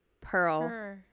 pearl